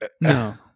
No